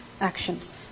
actions